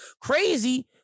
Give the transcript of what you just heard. Crazy